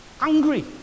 angry